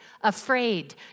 afraid